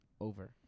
Over